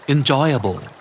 Enjoyable